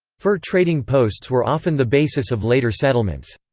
fur trading posts were often the basis of later settlements.